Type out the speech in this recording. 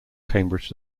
cambridge